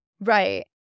Right